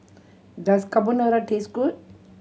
does Carbonara taste good